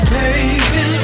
baby